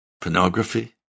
pornography